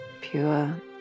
pure